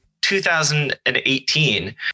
2018